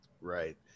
Right